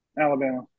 Alabama